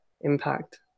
impact